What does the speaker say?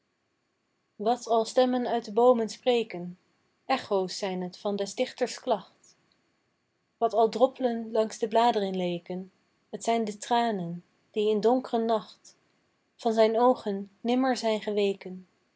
wat al stemmen uit de boomen spreken echo's zijn het van des dichters klacht wat al dropplen langs de bladeren leeken t zijn de tranen die in donkren nacht van zijn oogen nimmer zijn geweken